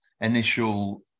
initial